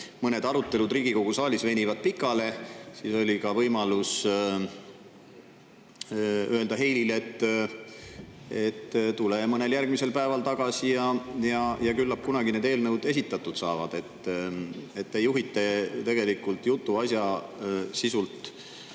mõned arutelud Riigikogu saalis venivad pikale, siis oli võimalus öelda Heilile, et tule mõnel järgmisel päeval tagasi ja küllap kunagi need eelnõud esitatud saavad. Te juhite tegelikult jutu asja sisult